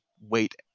wait